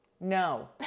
No